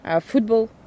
football